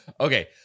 Okay